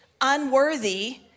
unworthy